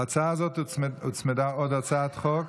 להצעה זו הוצמדה עוד הצעת חוק,